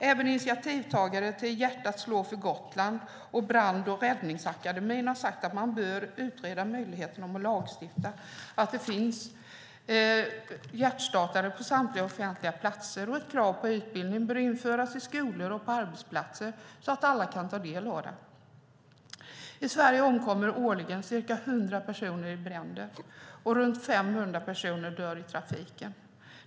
Även initiativtagarna till Hjärtat slår för Gotland och Brand och räddningsakademien har sagt att man bör utreda möjligheten att lagstifta om att det finns hjärtstartare på samtliga offentliga platser. Ett krav på utbildning bör införas i skolor och på arbetsplatser så att alla kan ta del av den. I Sverige omkommer årligen ca 100 personer i bränder och runt 500 personer dör i trafiken.